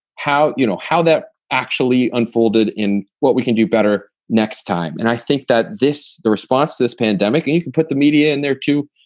how you know, how that actually unfolded in what we can do better next time. and i think that this the response, this pandemic and could put the media in there, too,